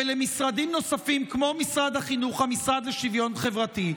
ולמשרדים נוספים כמו משרד החינוך והמשרד לשוויון חברתי,